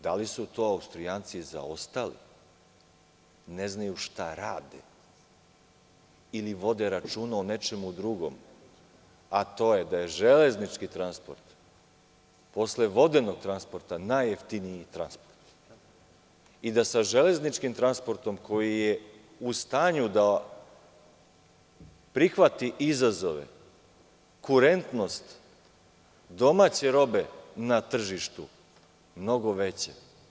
Da li su to Austrijanci zaostali, ne znaju šta rade ili vode računa o nečemu drugom, a to je da je železnički transport posle vodenog transporta najjeftiniji transport i da sa železničkim transportom koji je u stanju da prihvati izazove kurentnost domaće robe na tržištu mnogo veća.